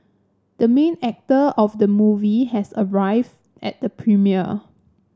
the main actor of the movie has arrived at the premiere